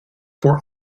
for